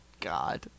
God